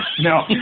No